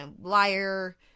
liar